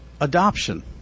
adoption